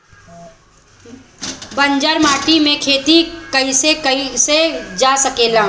बंजर माटी में खेती कईसे कईल जा सकेला?